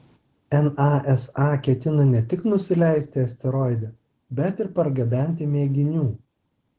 nasa ketina ne tik nusileisti asteroide bet ir pargabenti mėginių